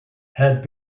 had